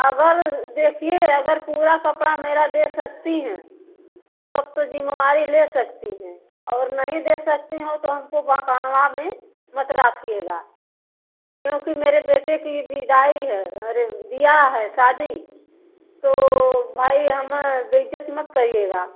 अगर देखिए अगर पूरा कपड़ा मेरा दे सकती हैं तब तो जिम्मेवारी ले सकती हैं और नहीं दे सकती हो तो हमको बहकावाँ में मत रखिएगा क्योंकि मेरे बेटे की विदाई है अरे बियाह है शादी तो भाई हम बेइज्ज़त मत करिएगा